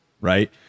right